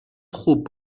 خوب